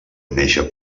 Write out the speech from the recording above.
néixer